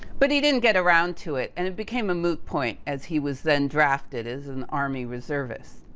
but he didn't get around to it and it became a moot point as he was then drafted as an army reservist.